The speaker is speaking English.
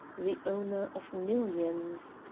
the owner of millions.